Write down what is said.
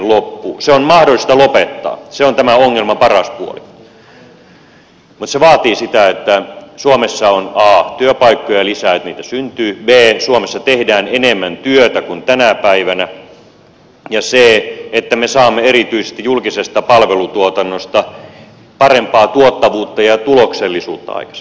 se on mahdollista lopettaa se on tämän ongelman paras puoli mutta se vaatii sitä että a suomessa on työpaikkoja lisää niitä syntyy b suomessa tehdään enemmän työtä kuin tänä päivänä ja c me saamme erityisesti julkisesta palvelutuotannosta parempaa tuottavuutta ja tuloksellisuutta aikaiseksi